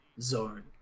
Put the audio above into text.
zone